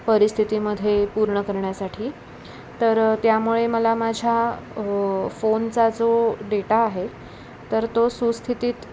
परिस्थितीमध्ये पूर्ण करण्यासाठी तर त्यामुळे मला माझ्या फोनचा जो डेटा आहे तर तो सुस्थितीत